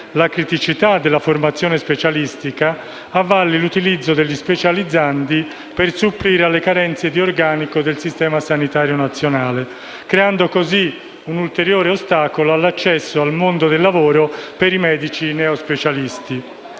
la criticità della formazione specialistica, si avalli l'utilizzo degli specializzandi per supplire alle carenze di organico del Sistema sanitario nazionale, creando così un ulteriore ostacolo all'accesso al mondo del lavoro per i medici neospecialisti.